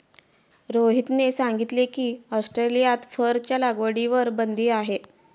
रोहितने सांगितले की, ऑस्ट्रेलियात फरच्या लागवडीवर बंदी आहे